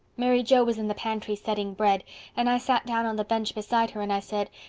mary joe was in the pantry setting bread and i sat down on the bench beside her and i said,